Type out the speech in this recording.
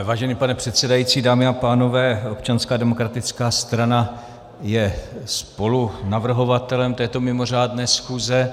Vážený pane předsedající, dámy a pánové, Občanská demokratická strana je spolunavrhovatelem této mimořádné schůze.